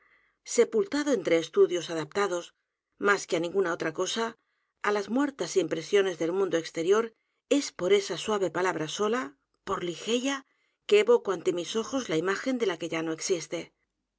sepultado entre estudios adaptados más que á ninguna otra cosa á las m u e r t a s impresiones del mundo exterior es por esa suave palabra sola por ligeia que evoco ante mis ojos la i m a g e n de la que ya no existe